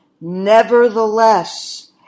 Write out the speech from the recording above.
Nevertheless